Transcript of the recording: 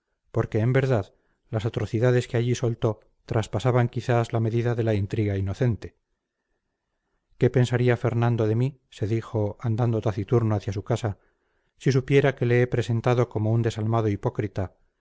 porque en verdad las atrocidades que allí soltó traspasaban quizás la medida de la intriga inocente qué pensaría fernando de mí se dijo andando taciturno hacia su casa si supiera que le he presentado como un desalmado hipócrita